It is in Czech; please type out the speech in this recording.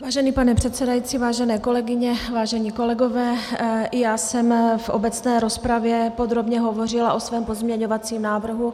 Vážený pane předsedající, vážené kolegyně, vážení kolegové, i já jsem v obecné rozpravě podrobně hovořila o svém pozměňovacím návrhu.